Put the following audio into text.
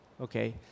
okay